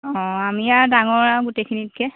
অ আমি আৰু ডাঙৰ আৰু গোটেইখিনিতকে